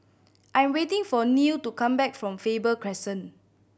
I am waiting for Neil to come back from Faber Crescent